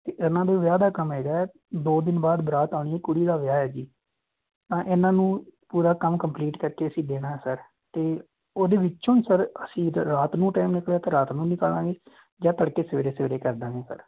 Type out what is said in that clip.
ਅਤੇ ਇਨ੍ਹਾਂ ਦੇ ਵਿਆਹ ਦਾ ਕੰਮ ਹੈਗਾ ਦੋ ਦਿਨ ਬਾਅਦ ਬਰਾਤ ਆਉਣੀ ਹੈ ਕੁੜੀ ਦਾ ਵਿਆਹ ਹੈ ਜੀ ਤਾਂ ਇਨ੍ਹਾਂ ਨੂੰ ਪੂਰਾ ਕੰਮ ਕੰਪਲੀਟ ਕਰਕੇ ਅਸੀਂ ਦੇਣਾ ਸਰ ਅਤੇ ਉਹਦੇ ਵਿੱਚੋਂ ਹੀ ਸਰ ਅਸੀਂ ਜੇ ਰਾਤ ਨੂੰ ਟੈਮ ਨਿਕਲਿਆ ਤਾਂ ਰਾਤ ਨੂੰ ਨਿਕਾਲਾਂਗੇ ਜਾਂ ਤੜਕੇ ਸਵੇਰੇ ਸਵੇਰੇ ਕਰ ਦਾਂਗੇ ਸਰ